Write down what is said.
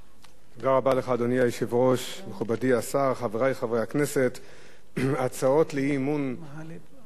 חבר הכנסת אורי מקלב, בבקשה.